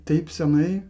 taip senai